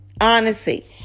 Honesty